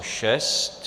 6.